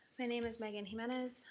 my name is megan jimenez.